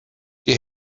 die